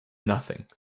nothing